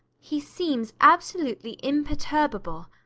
he seems absolutely imperturbable.